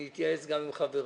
אני אתייעץ גם עם חבריי,